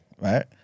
right